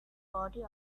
body